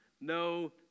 no